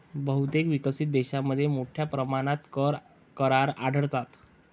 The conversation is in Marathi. बहुतेक विकसित देशांमध्ये मोठ्या प्रमाणात कर करार आढळतात